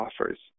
offers